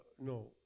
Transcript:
no